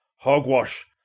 Hogwash